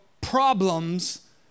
problems